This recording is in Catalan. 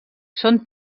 són